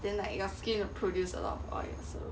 then like your skin will produce a lot of oil also